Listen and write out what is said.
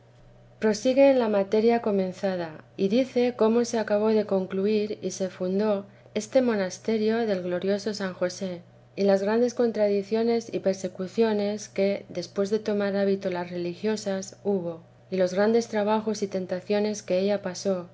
prosigue en la materia comenzada y dice cómo se acabó de concluir y se fundó este monasterio del glorioso san josé y las grandes contradiciones y persecuciones que después de tomar hábito las religiosas hubo y los grandes trabajos y tentaciones que ella pasó